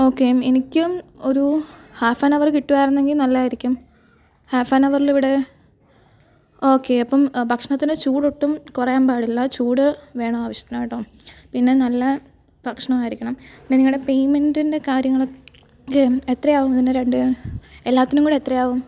okay എനിക്കും ഒരു half an hour കിട്ടുമായിരുന്നെങ്കില് നല്ലതായിരിക്കും ഹാഫ് ആൻ അവറിലിവിടെ ഓക്കേ അപ്പോള് ഭക്ഷണത്തിനു ചൂടൊട്ടും കുറയാന് പാടില്ല ചൂട് വേണമാവശ്യത്തിനു കേട്ടോ പിന്നെ നല്ല ഭക്ഷണവുമായിരിക്കണം നിങ്ങളുടെ പേയ്മെൻറ്റിൻ്റെ കാര്യങ്ങളൊ ക്കെയും എത്രയാകും ഇതിൻ്റെ രണ്ട് എല്ലാത്തിനുംകൂടെ എത്രയാകും